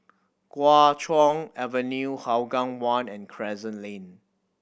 Kuo Chuan Avenue Hougang One and Crescent Lane